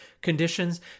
conditions